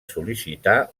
sol·licitar